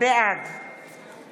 בעד